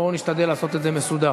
בואו נשתדל לעשות את זה מסודר.